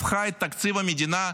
הפכה את תקציב המדינה לבדיחה.